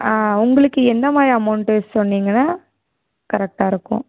உங்களுக்கு எந்தமாதிரி அமௌண்ட்டு சொன்னீங்கனால் கரெக்டாக இருக்கும்